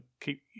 keep